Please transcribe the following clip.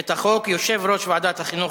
את החוק יושב-ראש ועדת החינוך,